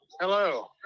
Hello